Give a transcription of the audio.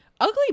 ugly